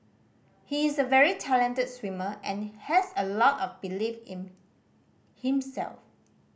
he is a very talented swimmer and has a lot of belief in himself